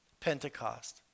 pentecost